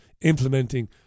implementing